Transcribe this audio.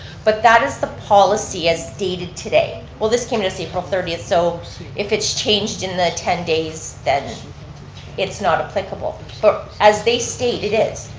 but that is the policy as dated today. well this came to us april thirtieth, so if it's changed in the ten days, then it's not applicable, but as they state, it is.